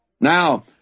Now